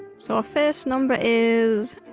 so our first number is.